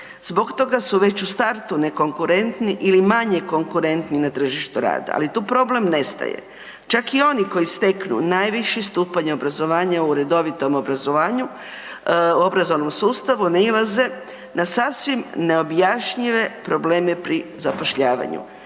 Zbog toga su već u startu nekonkurentni ili manje konkurentni na tržištu rada ali tu problem ne staje. Čak i oni koji steknu najviši stupanj obrazovanja u redovitom obrazovanom sustavu, nailaze na sasvim neobjašnjive probleme pri zapošljavanju.